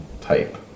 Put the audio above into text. type